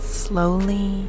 slowly